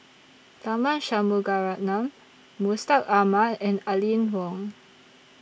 Tharman Shanmugaratnam Mustaq Ahmad and Aline Wong